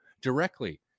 directly